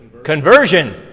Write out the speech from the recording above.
Conversion